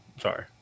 Sorry